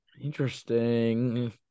Interesting